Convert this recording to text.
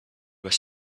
was